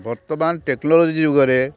ବର୍ତ୍ତମାନ ଟେକ୍ନୋଲଜି ଯୁଗରେ